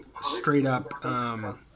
straight-up